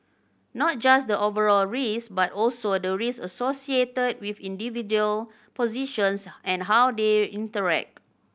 not just the overall risk but also the risk associated with individual positions and how they interact